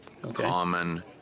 common